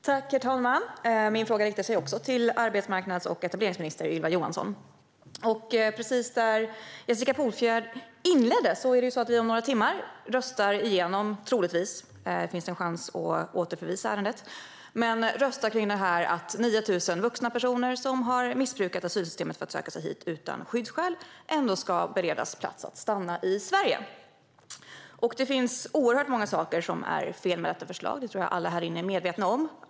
Herr talman! Min fråga riktar sig också till arbetsmarknads och etableringsminister Ylva Johansson. För att anknyta till Jessica Polfjärds inledning: Om några timmar röstar vi om förslaget att 9 000 vuxna personer som har missbrukat asylsystemet för att söka sig hit utan skyddsskäl ändå ska beredas plats att stanna i Sverige. Troligtvis röstas det igenom, men det finns en chans att återförvisa ärendet. Det finns oerhört många saker som är fel med detta förslag. Det tror jag att alla här inne är medvetna om.